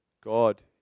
God